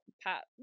Pat